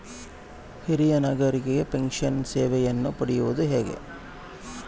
ಹಿರಿಯ ನಾಗರಿಕರಿಗೆ ಪೆನ್ಷನ್ ಸೇವೆಯನ್ನು ಪಡೆಯುವುದು ಹೇಗೆ?